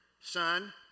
Son